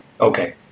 Okay